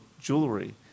jewelry